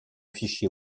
fichier